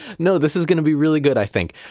no, this is going to be really good, i think.